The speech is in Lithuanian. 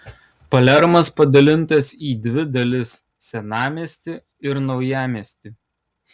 palermas padalintas į dvi dalis senamiestį ir naujamiestį